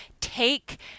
take